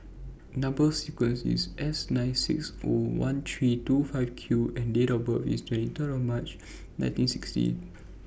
Number sequence IS S nine six O one three two five Q and Date of birth IS twenty three March nineteen sixty